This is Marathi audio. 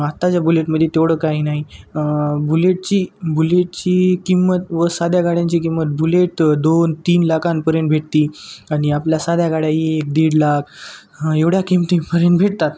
आत्ताच्या बुलेटमध्ये तेवढं काही नाही बुलेटची बुलेटची किंमत व साध्या गाड्यांची किंमत बुलेट दोन तीन लाखांपर्यंत भेटते आणि आपल्या साध्या गाड्या एक दीड लाख एवढ्या किंमतीपर्यंत भेटतात